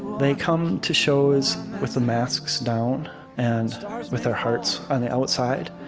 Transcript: they come to shows with the masks down and ah with their hearts on the outside.